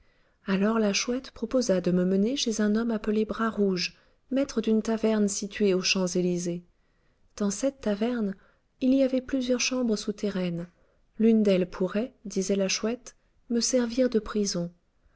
alors la chouette proposa de me mener chez un homme appelé bras rouge maître d'une taverne située aux champs-élysées dans cette taverne il y avait plusieurs chambres souterraines l'une d'elles pourrait disait la chouette me servir de prison